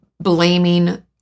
blaming